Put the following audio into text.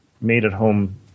made-at-home